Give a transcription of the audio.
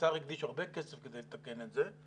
האוצר הקדיש הרבה כסף כדי לתקן את זה,